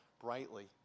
brightly